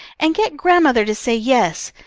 and get grandmother to say yes.